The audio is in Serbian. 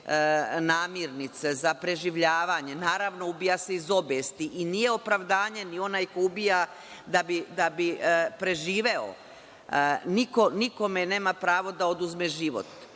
namirnice, za preživljavanje. Ubija se naravno i iz obesti. Nije opravdanje ni onaj ko ubija da bi preživeo. Niko nikome nema pravo da oduzme život